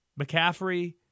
McCaffrey